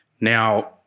Now